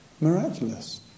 miraculous